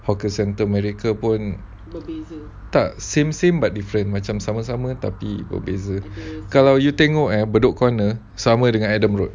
hawker centre mereka pun tak same same but different macam sama-sama tapi berbeza kalau you tengok bedok corner sama dengan adam road